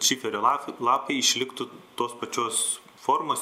kad šiferio laf lapai išliktų tos pačios formos